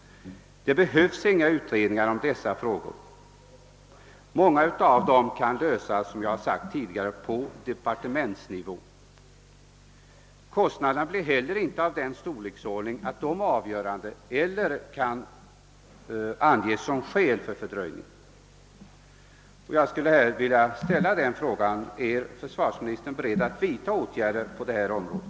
Det behövs ingen utredning om dessa frågor. Många av dem kan, som jag tidigare sagt, lösas på departementsnivå. Kostnaderna blir inte heller av den storleken, att de kan vara avgörande eller anges som skäl för en fördröjning. Jag skulle vilja fråga: Är försvarsministern beredd att vidta åtgärder på detta område?